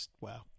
Wow